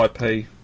IP